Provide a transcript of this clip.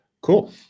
cool